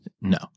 No